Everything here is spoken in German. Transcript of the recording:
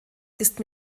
ist